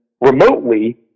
remotely